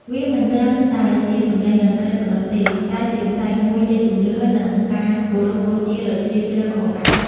វាមិនត្រឹមតែជាសំឡេងតន្ត្រីប៉ុណ្ណោះទេ តែជាផ្នែកមួយនៃជំនឿ និងការគោរពបូជាដ៏ជ្រាលជ្រៅផងដែរ។